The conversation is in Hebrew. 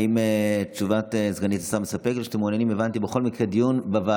האם תשובת סגנית השר מספקת או שאתם בכל מקרה מעוניינים בדיון בוועדה?